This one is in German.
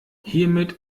hiermit